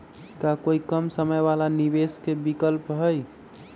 का कोई कम समय वाला निवेस के विकल्प हई?